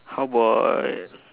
how about